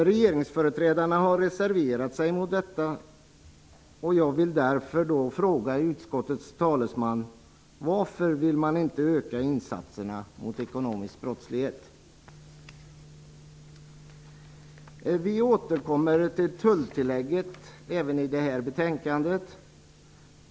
Regeringsföreträdarna har reserverat sig mot den föreslagna höjningen. Jag vill därför fråga utskottets talesman: Varför vill man inte öka insatserna mot ekonomisk brottslighet? Vi återkommer till tulltillägget även i detta betänkande.